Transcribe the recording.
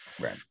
Right